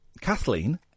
Kathleen